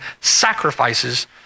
sacrifices